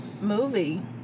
movie